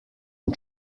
and